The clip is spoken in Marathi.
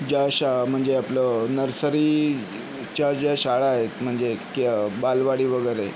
ज्या शा म्हणजे आपलं नर्सरीच्या ज्या शाळा आहेत म्हणजे के बालवाडी वगैरे